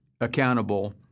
accountable